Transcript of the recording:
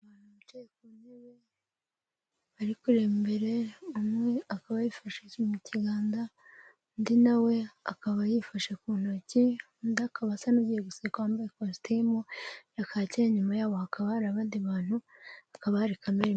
Abantu bicaye ku ntebe bari kureba imbere, umwe akaba yifashije mu kiganza, undi nawe akaba yifashe ku ntoki, undi akaba asa n'ugiye guseka wambaye ikositimu ya kaki, inyuma yaho hakaba har’abandi bantu, hakaba hari camera.